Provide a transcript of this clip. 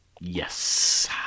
yes